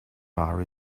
bar